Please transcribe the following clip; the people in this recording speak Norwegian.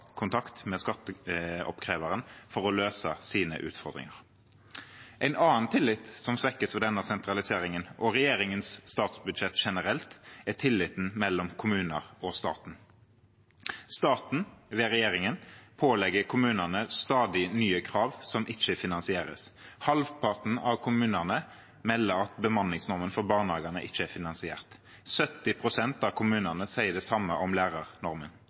kontakt med skatteoppkreveren for å løse sine utfordringer. En annen tillit som svekkes ved denne sentraliseringen og regjeringens statsbudsjett generelt, er tilliten mellom kommuner og stat. Staten, ved regjeringen, pålegger kommunene stadig nye krav som ikke finansieres. Halvparten av kommunene melder at bemanningsnormen for barnehagene ikke er finansiert. 70 pst. av kommunene sier det samme om lærernormen.